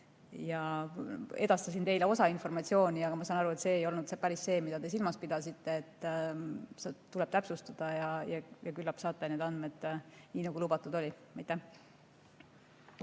Edastasin teile osa informatsiooni, aga ma saan aru, et see ei olnud päris see, mida te silmas pidasite. Seda tuleb täpsustada ja küllap te saate need andmed, nii nagu lubatud oli. Aitäh,